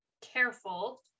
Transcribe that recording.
careful